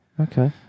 okay